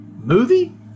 movie